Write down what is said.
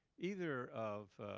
either of